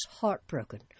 heartbroken